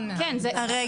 זאת פיקציה.